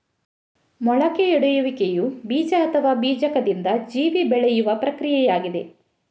ಮೊಳಕೆಯೊಡೆಯುವಿಕೆಯು ಬೀಜ ಅಥವಾ ಬೀಜಕದಿಂದ ಜೀವಿ ಬೆಳೆಯುವ ಪ್ರಕ್ರಿಯೆಯಾಗಿದೆ